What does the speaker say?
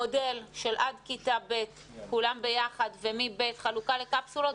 המודל של עד כיתה ב' כולם ביחד ומ-ב' חלוקה לקפסולות,